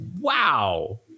Wow